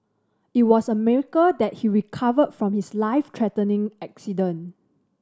it was a miracle that he recovered from his life threatening accident